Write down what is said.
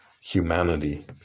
humanity